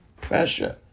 pressure